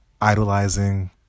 idolizing